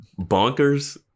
Bonkers